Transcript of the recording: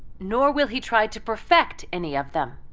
nor will he try to perfect any of them.